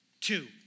Two